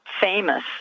famous